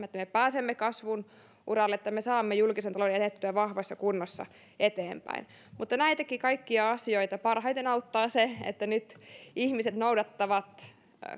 että me pääsemme kasvun uralle että me saamme julkisen talouden jätettyä vahvassa kunnossa eteenpäin mutta näitäkin kaikkia asioita parhaiten auttaa se että nyt ihmiset noudattavat